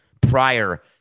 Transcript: prior